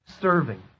serving